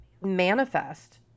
manifest